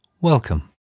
Welcome